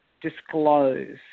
disclose